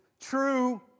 true